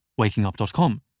wakingup.com